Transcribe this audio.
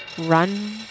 run